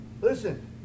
Listen